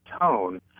tone